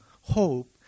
hope